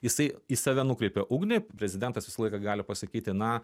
jisai į save nukreipia ugnį prezidentas visą laiką gali pasakyti na